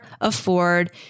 afford